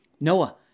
Noah